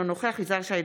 אינו נוכח יזהר שי,